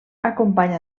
acompanya